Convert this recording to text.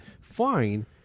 Fine